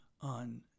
on